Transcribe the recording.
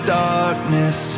darkness